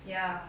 ya